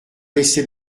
laisser